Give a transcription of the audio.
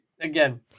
again